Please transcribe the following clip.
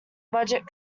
budget